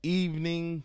evening